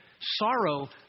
sorrow